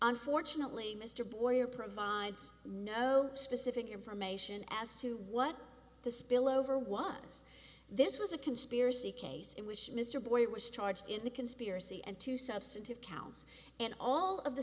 unfortunately mr boyer provides no specific information as to what the spillover was this was a conspiracy case in which mr boyd was charged in the conspiracy and two substantive counts and all of the